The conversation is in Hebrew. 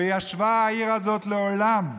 וישבה העיר הזאתלעולם,